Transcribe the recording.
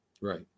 Right